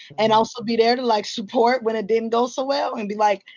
and also be there to like support when it didn't go so well, and be like.